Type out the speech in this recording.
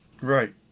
Right